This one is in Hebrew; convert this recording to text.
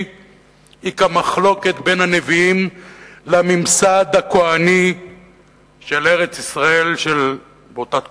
היא כמחלוקת בין הנביאים לממסד הכוהני של ארץ-ישראל באותה תקופה,